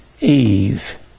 Eve